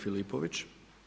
Filipović.